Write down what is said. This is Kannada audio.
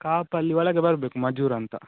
ಕಾಪಲ್ಲಿ ಒಳಗೆ ಬರಬೇಕು ಮಜುರ ಅಂತ